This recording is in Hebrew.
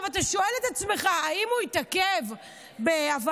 אתה שואל את עצמך: האם הוא התעכב בהבאת